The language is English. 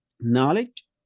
knowledge